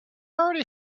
already